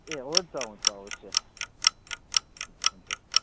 ए हुन्छ हुन्छ अवश्य हुन्छ